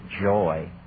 joy